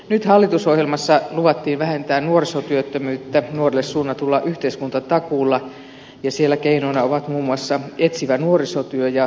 nyt hallitusohjelmassa luvattiin vähentää nuorisotyöttömyyttä nuorille suunnatulla yhteiskuntatakuulla ja siellä keinoina ovat muun muassa etsivä nuorisotyö ja työpajat